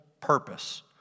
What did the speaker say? purpose